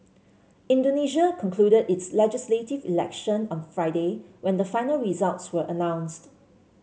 Indonesia concluded its legislative election on Friday when the final results were announced